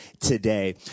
today